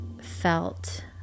felt